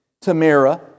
Tamara